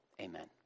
amen